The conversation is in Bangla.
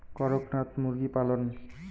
করকনাথ মুরগি পালন?